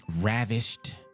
ravished